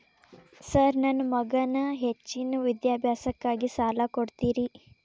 Sir ನನ್ನ ಮಗನ ಹೆಚ್ಚಿನ ವಿದ್ಯಾಭ್ಯಾಸಕ್ಕಾಗಿ ಸಾಲ ಕೊಡ್ತಿರಿ?